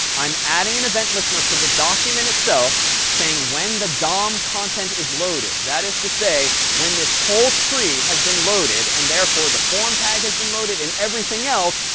i'm adding an event listener to the document itself saying when the dom content is loaded that is to say, when this whole tree has been loaded and therefore the form tag has been loaded and everything else,